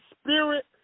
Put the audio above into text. spirit